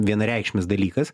vienareikšmis dalykas